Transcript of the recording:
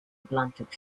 atlantic